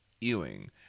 Ewing